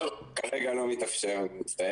והיא גם נגישה לציבור באתר.